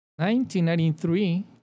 1993